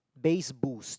base boost